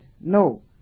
no